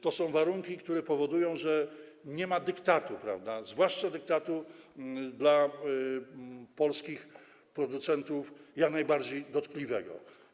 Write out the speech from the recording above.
To są warunki, które powodują, że nie ma dyktatu, zwłaszcza dyktatu dla polskich producentów jak najbardziej dotkliwego.